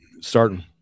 starting